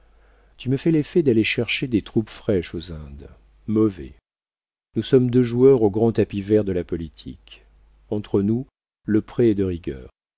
tu me fais l'effet d'aller chercher des troupes fraîches aux indes mauvais nous sommes deux joueurs au grand tapis vert de la politique entre nous le prêt est de rigueur